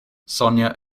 sonja